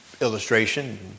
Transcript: illustration